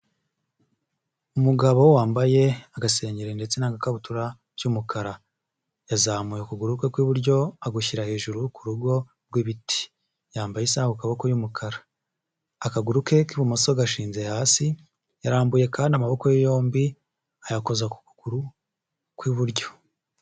Umugabo wambaye agasenyero ndetse n'agakabutura by'umukara, yazamuye ukuguru kwiburyo agushyira hejuru ku rugo rw'ibiti. yambaye isaha ukuboko y'umukara, akaguru ke k'ibumoso agashinze hasi yarambuye kandi amaboko ye yombi ayakoza ku kuguru kw'iburyo.